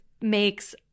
makes